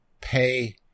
pay